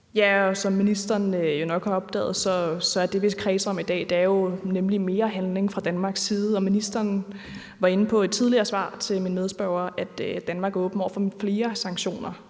(ALT): Som ministeren jo nok har opdaget, er det, vi kredser om i dag, nemlig mere handling fra Danmarks side, og ministeren var inde på i et tidligere svar til min medspørger, at Danmark er åben over for flere sanktioner,